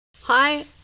Hi